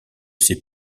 ses